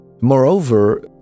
Moreover